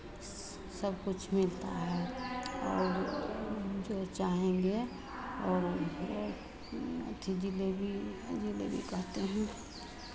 स् सबकुछ मिलता है और जो चाहेंगे और अथि जलेबी जलेबी कहते हैं